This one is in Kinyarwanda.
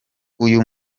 uyu